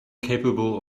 capable